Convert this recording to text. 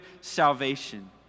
salvation